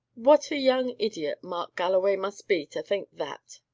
what a young idiot mark galloway must be, to think that!